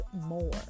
more